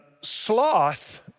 Sloth